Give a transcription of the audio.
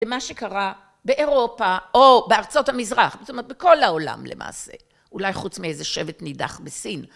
ומה שקרה באירופה או בארצות המזרח, זאת אומרת, בכל העולם למעשה, אולי חוץ מאיזה שבט נידח בסין